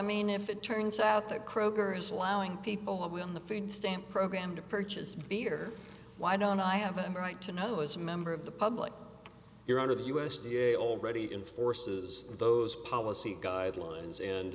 mean if it turns out that kroger is allowing people in the food stamp program to purchase beer why don't i have a right to know as a member of the public you're under the u s d a old ready in forces those policy guidelines and